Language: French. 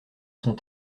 son